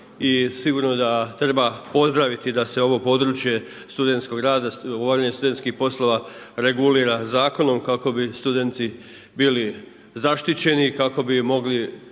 sigurno da treba pozdraviti da se ovo područje studentskog rada, obavljanje studentskih poslova regulira zakonom kako bi studenti bili zaštićeni i kako bi mogli